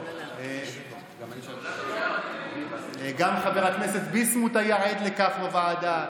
גם חבר הכנסת ביסמוט היה עד לכך בוועדה.